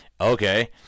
Okay